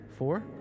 Four